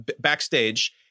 backstage